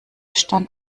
stand